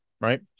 Right